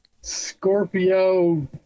Scorpio